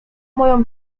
moją